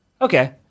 okay